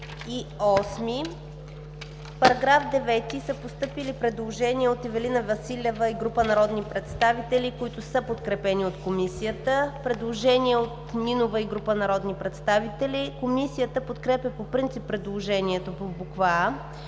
По § 9 са постъпили предложения от Ивелина Василева и група народни представители, които са подкрепени от Комисията. Предложение от Нинова и група народни представители. Комисията подкрепя по принцип предложението по буква